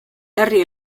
herri